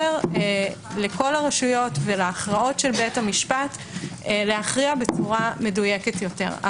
לכל הרשויות ולהכרעות של בית המשפט להכריע בצורה מדויקת יותר.